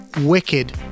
wicked